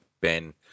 Ben